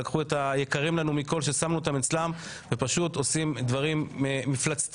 שלקחו את היקרים לנו מכל ששמנו אצלן ופשוט עושות להם דברים מפלצתיים.